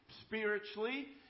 spiritually